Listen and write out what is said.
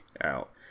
out